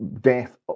death